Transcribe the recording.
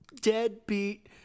deadbeat